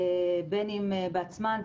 בין אם בעצמם,